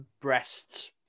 breasts